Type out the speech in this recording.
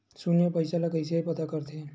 शून्य पईसा ला कइसे पता करथे?